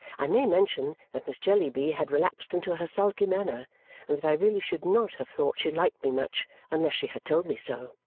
i may mention that miss jellyby had relapsed into her sulky manner and that i really should not have thought she liked me much unless she had told me so.